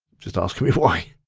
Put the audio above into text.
just asking me why.